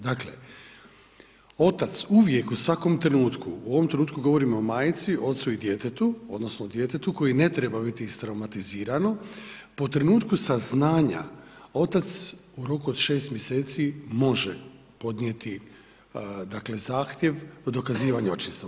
Dakle, otac uvijek, u svakom trenutku, u ovom trenutku govorimo o majci, ocu i djetetu odnosno djetetu koji ne treba biti istraumatizirano po trenutku saznanja otac u roku od 6 mjeseci može podnijeti dakle zahtjev dokazivanja očinstva.